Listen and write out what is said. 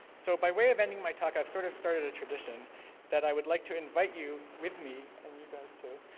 so by way of ending my talk, i've sort of started a tradition that i would like to invite you, with me, and you guys too,